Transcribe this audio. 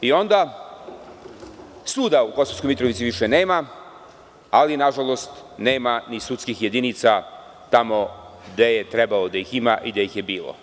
I onda suda u Kosovskoj Mitrovici više nema, ali nažalost nema ni sudskih jedinica tamo gde je trebalo da ih ima i gde ih je bilo.